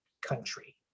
country